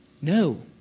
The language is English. No